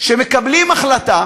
שמקבלים החלטה